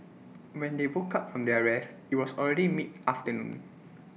when they woke up from their rest IT was already midafternoon